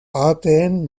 ahateen